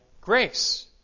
grace